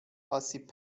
آسیب